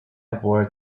aboard